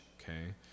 okay